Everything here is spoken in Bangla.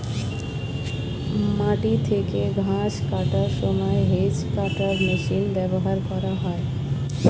মাটি থেকে ঘাস কাটার সময় হেজ্ কাটার মেশিন ব্যবহার করা হয়